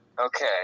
Okay